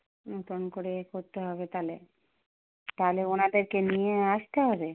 নতুন করে করতে হবে তাহলে তাহলে ওনাদেরকে নিয়ে আসতে হবে